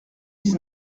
dix